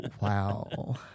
Wow